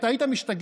אתה היית משתגע,